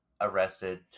arrested